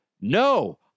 no